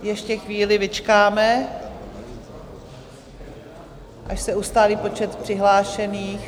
Ještě chvíli vyčkáme, až se ustálí počet přihlášených.